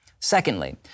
Secondly